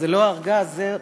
זה לא ארגז, זה,